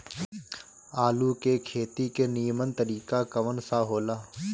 आलू के खेती के नीमन तरीका कवन सा हो ला?